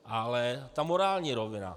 Ale morální rovina.